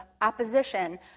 opposition